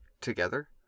together